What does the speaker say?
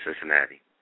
Cincinnati